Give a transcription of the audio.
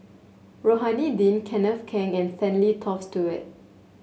Rohani Din Kenneth Keng and Stanley Toft Stewart